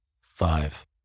Five